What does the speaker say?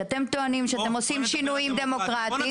כי אתם טוענים שאתם עושים שינויים דמוקרטיים